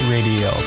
Radio